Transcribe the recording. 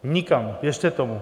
Nikam, věřte tomu.